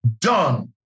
done